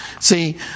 See